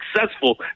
successful